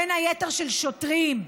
בין היתר של שוטרים.